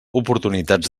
oportunitats